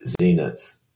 Zenith